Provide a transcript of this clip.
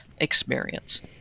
experience